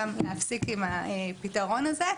גם להפסיק עם הפתרון הזה.